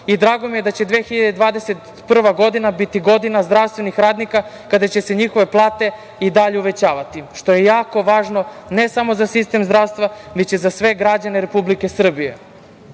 i drago mi je da će 2021. godina biti godina zdravstvenih radnika kada će se njihove plate i dalje uvećavati, što je jako važno ne samo za sistem zdravstva već i za sve građane Republike Srbije. Želeo